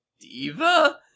diva